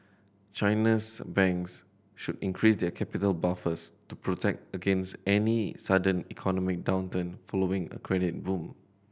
China's banks should increase their capital buffers to protect against any sudden economic downturn following a credit boom